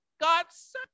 God's